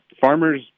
farmers